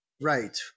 Right